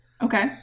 Okay